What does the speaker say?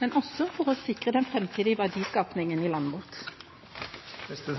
men også for å sikre den framtidige verdiskapingen i landet vårt. Det